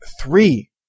three